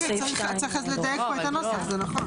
אוקיי, צריך אז לדייק כאן את הנוסח, זה נכון.